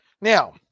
Now